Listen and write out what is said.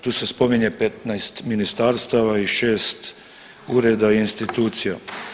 Tu se spominje 15 ministarstava i 6 ureda i institucija.